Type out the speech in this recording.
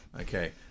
okay